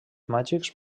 màgics